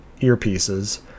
earpieces